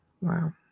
Wow